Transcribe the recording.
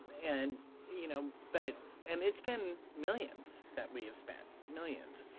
and you know, but and it's been millions that we've spent. millions.